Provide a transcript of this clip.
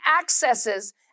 accesses